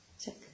Check